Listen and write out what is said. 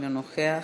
אינו נוכח,